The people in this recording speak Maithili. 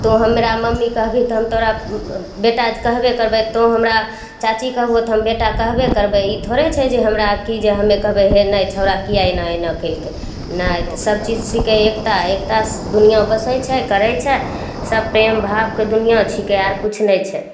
तोँ हमरा मम्मी कहबही तऽ हम तोहरा बेटा कहबे करबै तोँ हमरा चाची कहबहो तऽ हम बेटा कहबे करबै ई थोड़े छै जे हमरा कि जे हमे कहबै हे नहि छौड़ा किएक एना एना कएलकै नहि तऽ सबचीज छिकै एकता एकतासे दुनिआँ बसै छै करै छै सब प्रेम भावके दुनिआँ छिकै आओर किछु नहि छै